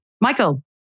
Michael